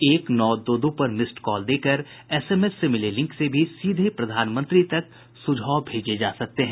एक नौ दो दो पर मिस्ड कॉल देकर एसएमएस से मिले लिंक से भी सीधे प्रधानमंत्री तक सुझाव भेजे जा सकते हैं